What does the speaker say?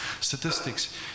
statistics